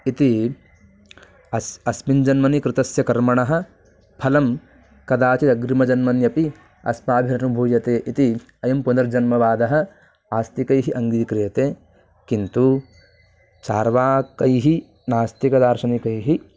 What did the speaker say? इति अस् अस्मिन् जन्मनि कृतस्य कर्मणः फलं कदाचिदग्रिमजन्मन्यपि अस्माभिरनुभूयते इति अयं पुनर्जन्मवादः आस्तिकैः अङ्गीक्रियते किन्तु चार्वाकैः नास्तिकदार्शनिकैः